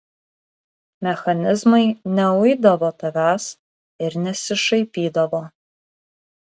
mechanizmai neuidavo tavęs ir nesišaipydavo